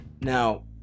Now